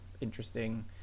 interesting